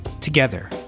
Together